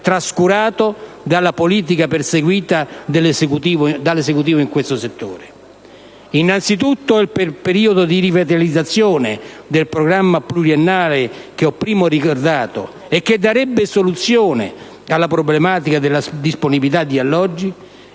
trascurato dalla politica perseguita dall'Esecutivo in questo settore. Innanzitutto, per il periodo di rivitalizzazione del programma pluriennale che ho prima ricordato e che darebbe soluzione alla problematica della disponibilità di alloggi,